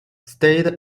stayed